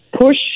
push